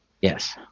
Yes